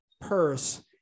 purse